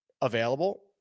available